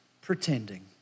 pretending